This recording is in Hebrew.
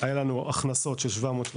היו לנו הכנסות של 735,